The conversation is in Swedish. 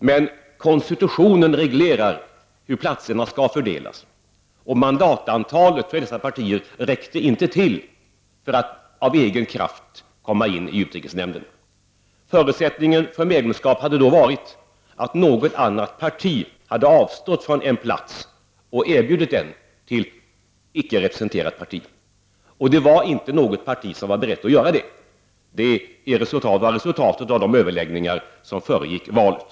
Men konstitutionen reglerar hur platserna skall fördelas, och mandatantalet för dessa partier räckte inte till för att de av egen kraft skulle komma in i utrikesnämnden. Förutsättningen för medlemskap hade då varit att något annat parti hade avstått från en plats och erbjudit den till icke representerat parti. Och det var inte något parti som var berett att göra detta. Det var resultatet av de överläggningar som föregick valet.